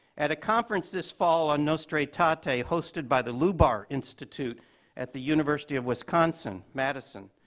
at a conference this fall on nostra aetate ah aetate hosted by the lubar institute at the university of wisconsin madison,